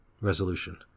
Resolution